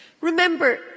Remember